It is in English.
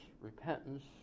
repentance